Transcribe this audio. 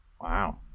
Wow